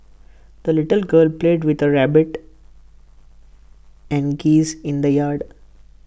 the little girl played with her rabbit and geese in the yard